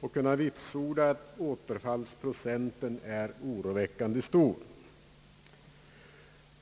och kunna vitsorda att återfallsprocenten är oroväckande hög.